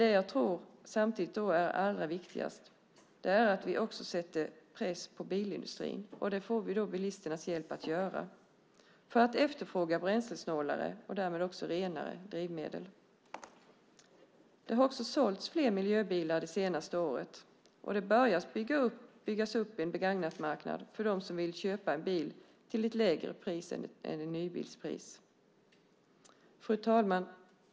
Det jag tror är allra viktigast är att vi också sätter press på bilindustrin. Det får vi bilisternas hjälp att göra när de efterfrågar bränslesnålare bilar och därmed också renare drivmedel. Det har sålts fler miljöbilar det senaste året. Det börjar byggas upp en begagnatmarknad för dem som vill köpa en bil till ett lägre pris än ett nybilspris. Fru talman!